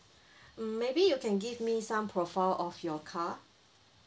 um maybe you can give me some profile of your car